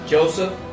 Joseph